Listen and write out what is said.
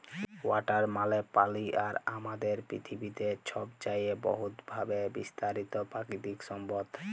water মালে পালি আর আমাদের পিথিবীতে ছবচাঁয়ে বহুতভাবে বিস্তারিত পাকিতিক সম্পদ